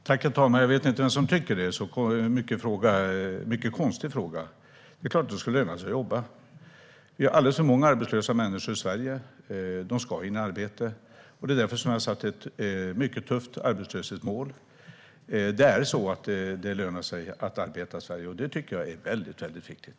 Herr talman! Jag vet inte vem som tycker så. Det var en mycket konstig fråga. Det är klart att det ska löna sig att jobba. Vi har alldeles för många arbetslösa människor i Sverige. De ska in i arbete, och därför har jag satt ett mycket tufft arbetslöshetsmål. Det lönar sig faktiskt att arbeta i Sverige, vilket är väldigt viktigt.